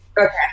okay